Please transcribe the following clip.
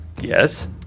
Yes